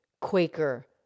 Quaker